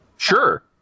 Sure